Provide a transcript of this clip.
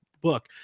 book